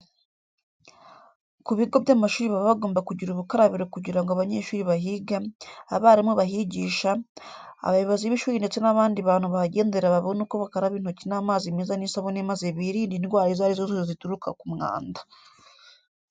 Ku bigo by'amashuri baba bagomba kugira ubukarabiro kugira ngo abanyeshuri bahiga, abarimu bahigisha, abayobozi b'ishuri ndetse n'abandi bantu bahagenderera babone uko bakaraba intoki n'amazi meza n'isabune maze birinde indwara izo ari zo zose zituruka ku mwanda.